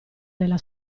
nella